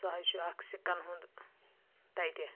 سُہ حظ چھِ اَکھ سِکَن ہُنٛد تَتہِ